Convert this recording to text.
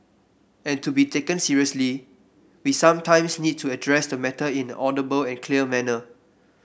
and to be taken seriously we sometimes need to address the matter in an audible and clear manner